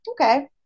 okay